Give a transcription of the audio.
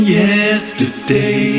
yesterday